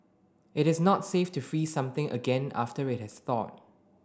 it is not safe to freeze something again after it has thawed